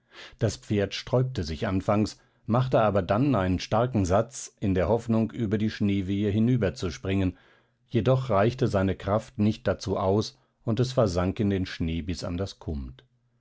das pferd sträubte sich anfangs machte aber dann einen starken satz in der hoffnung über die schneewehe hinüberzuspringen jedoch reichte seine kraft nicht dazu aus und es versank in den schnee bis an das kumt